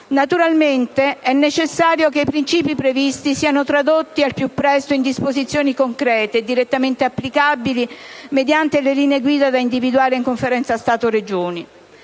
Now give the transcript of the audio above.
Naturalmente è necessario che i principi previsti siano tradotti al più presto in disposizioni concrete e direttamente applicabili mediante le linee guida da individuare in Conferenza Stato-Regioni.